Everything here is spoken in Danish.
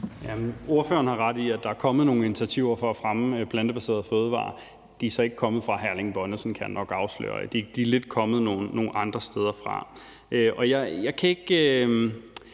Ordføreren har ret i, at der er kommet nogle initiativer for at fremme plantebaserede fødevarer. De er så ikke kommet fra hr. Erling Bonnesen, kan jeg nok afsløre, men de er lidt kommet nogle andre steder fra.